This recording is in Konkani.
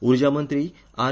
उर्जा मंत्री आर